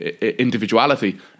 individuality